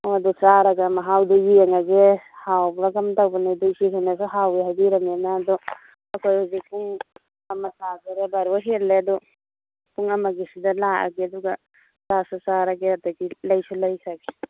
ꯑꯣ ꯑꯗꯨ ꯆꯥꯔꯒ ꯃꯍꯥꯎꯗꯨ ꯌꯦꯡꯉꯒꯦ ꯍꯥꯎꯕ꯭ꯔꯥ ꯀꯔꯝ ꯇꯧꯕꯅꯣꯗꯨ ꯏꯆꯦ ꯍꯣꯏꯅ ꯍꯥꯎꯋꯤ ꯍꯥꯏꯕꯤꯔꯕꯅꯤꯅ ꯑꯗꯨ ꯑꯩꯈꯣꯏ ꯍꯧꯖꯤꯛ ꯄꯨꯡ ꯑꯃ ꯇꯥꯗꯣꯔꯦ ꯕꯥꯔꯣ ꯍꯦꯜꯂꯦ ꯑꯗꯨ ꯄꯨꯡ ꯑꯃꯒꯤꯁꯤꯗ ꯂꯥꯛꯑꯒꯦ ꯑꯗꯨꯒ ꯆꯥꯁꯨ ꯆꯥꯔꯒꯦ ꯑꯗꯒꯤ ꯂꯩꯁꯨ ꯂꯩꯈ꯭ꯔꯒꯦ